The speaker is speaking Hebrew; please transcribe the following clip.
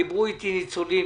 דיברו איתי ניצולים,